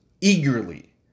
eagerly